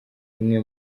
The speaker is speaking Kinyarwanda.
imwe